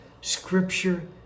scripture